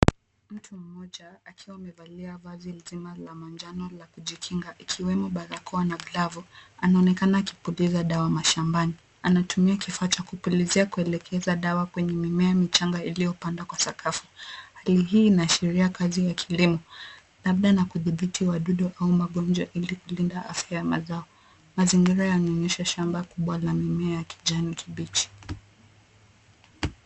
Mtu mmoja akiwa amevalia vazi nzima la manjano la kujikinga, ikiwemo barakoa na glavu, anaonekana akipuliza dawa mashambani. Anatumia kifaa cha kupulizia kuelekeza dawa kwenye mimea michanga iliyopandwa kwa sakafu. Hali hii inaashiria kazi ya kilimo, labda na kudhibiti wadudu au magonjwa ili kulinda afya ya mazao. Mazingira yanaonyesha shamba kubwa la mimea ya kijani kibichi.